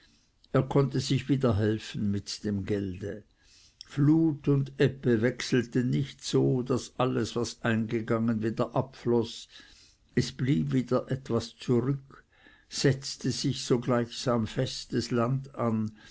er konnte sich wieder helfen mit dem gelde flut und ebbe wechselten nicht so daß alles was eingegangen wieder abfloß es blieb wieder etwas zurück setzte sich so gleichsam festes land an